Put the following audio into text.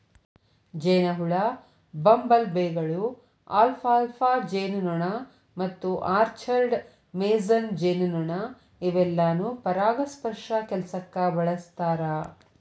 ಜೇನಹುಳ, ಬಂಬಲ್ಬೇಗಳು, ಅಲ್ಫಾಲ್ಫಾ ಜೇನುನೊಣ ಮತ್ತು ಆರ್ಚರ್ಡ್ ಮೇಸನ್ ಜೇನುನೊಣ ಇವೆಲ್ಲಾನು ಪರಾಗಸ್ಪರ್ಶ ಕೆಲ್ಸಕ್ಕ ಬಳಸ್ತಾರ